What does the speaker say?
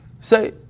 say